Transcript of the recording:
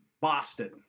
Boston